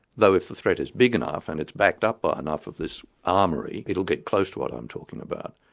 though if the threat is big enough and it's backed up by ah enough of this armoury, it'll get close to what i'm talking about.